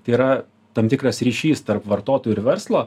tai yra tam tikras ryšys tarp vartotojų ir verslo